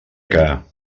que